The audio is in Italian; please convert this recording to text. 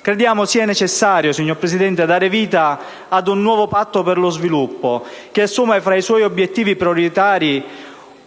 Crediamo sia necessario dare vita ad un nuovo patto per lo sviluppo, che assuma fra i suoi obiettivi prioritari